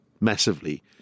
massively